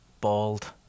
bald